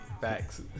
Facts